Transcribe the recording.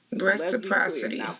Reciprocity